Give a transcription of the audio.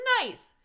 Nice